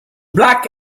black